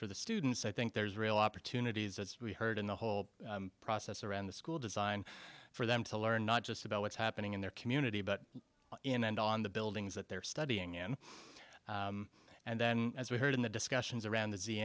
for the students i think there's real opportunities as we heard in the whole process around the school design for them to learn not just about what's happening in their community but in and on the buildings that they're studying in and then as we heard in the discussions around th